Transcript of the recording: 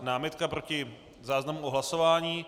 Námitka proti záznamu o hlasování.